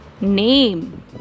name